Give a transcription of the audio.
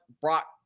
Brock